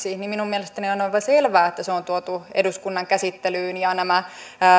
niin minun mielestäni on on aivan selvää että se on tuotu eduskunnan käsittelyyn ja nämä